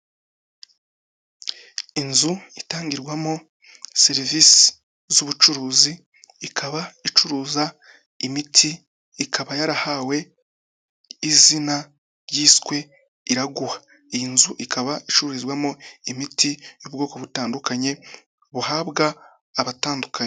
Inzu itangirwamo serivisi z'ubucuruzi ikaba icuruza imiti, ikaba yarahawe izina ryiswe Iraguha. Iyi nzu ikaba icururizwamo imiti y'ubwoko butandukanye buhabwa abatandukanye.